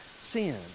sin